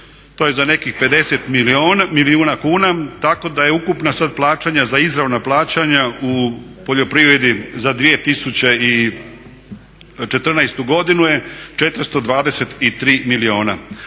to je za nekih 50 milijuna kuna tako da je ukupna sad plaćanja za izravna plaćanja u poljoprivredi za 2014. godinu 423 milijuna.